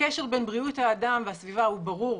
הקשר בין בריאות האדם והסביבה הוא ברור,